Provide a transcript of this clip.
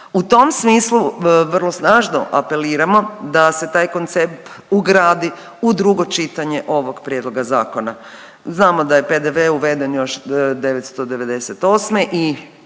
U tom smislu vrlo snažno apeliramo da se taj koncept ugradi u drugo čitanje ovog prijedloga zakona. Znamo da je PDV uveden još '998. i